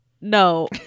no